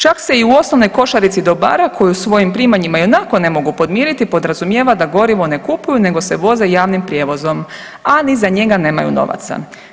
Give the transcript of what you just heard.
Čak se i u osnovnoj košarici dobara koju svojim primanjima ionako ne mogu podmiriti podrazumijeva da gorivo ne kupuju nego se voze javnim prijevozom a ni za njega nemaju novaca.